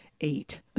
eight